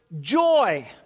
joy